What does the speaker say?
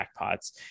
jackpots